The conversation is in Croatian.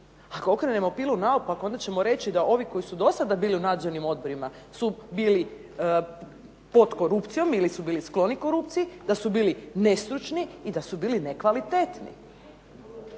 Ako okrenemo bilo naopako, onda ćemo reći da ovi koji su do sada bili u nadzornim odborima su bili pod korupcijom ili su bili skloni korupciji, da su bili nestručni i da su bili nekvalitetni.